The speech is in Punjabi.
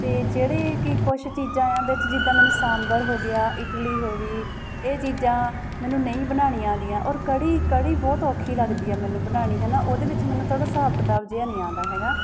ਅਤੇ ਜਿਹੜੇ ਕਿ ਕੁਛ ਚੀਜ਼ਾਂ ਏ ਆ ਵਿੱਚ ਜਿੱਦਾਂ ਮੈਨੂੰ ਸਾਂਬਰ ਹੋ ਗਿਆ ਇਡਲੀ ਹੋ ਗਈ ਇਹ ਚੀਜ਼ਾਂ ਮੈਨੂੰ ਨਹੀਂ ਬਣਾਉਣੀਆ ਆਉਂਦੀਆਂ ਔਰ ਕੜੀ ਕੜੀ ਬਹੁਤ ਔਖੀ ਲੱਗਦੀ ਹੈ ਮੈਨੂੰ ਬਣਾਉਣੀ ਹੈ ਨਾ ਉਹਦੇ ਵਿੱਚ ਮੈਨੂੰ ਥੋੜ੍ਹਾ ਹਿਸਾਬ ਕਿਤਾਬ ਜਿਹਾ ਨਹੀਂ ਆਉਂਦਾ ਹੈਗਾ